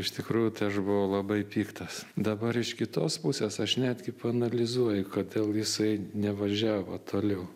iš tikrųjų tai aš buvau labai piktas dabar iš kitos pusės aš netgi paanalizuoju kodėl jisai nevažiavo toliau